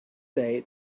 day